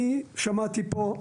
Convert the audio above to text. אני שמעתי פה,